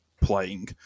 playing